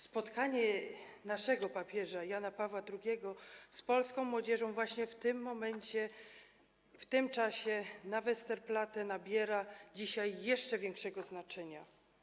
Spotkanie naszego papieża Jana Pawła II z polską młodzieżą właśnie w tym momencie w tym czasie na Westerplatte nabiera dzisiaj jeszcze większego znaczenia.